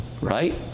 Right